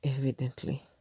evidently